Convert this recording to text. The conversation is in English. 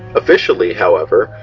officially, however,